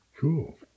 Cool